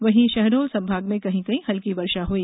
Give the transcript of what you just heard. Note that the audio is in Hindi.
वहीं शहडोल संभाग में कहीं कहीं हल्की वर्षा हई